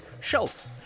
Shells